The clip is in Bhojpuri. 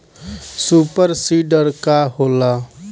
सुपर सीडर का होला?